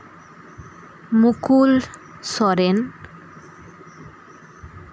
Mukul Soren